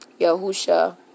Yahusha